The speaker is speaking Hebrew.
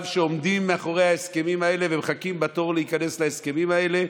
שעומדות מאחורי ההסכמים האלה ומחכות בתור להיכנס להסכמים האלה,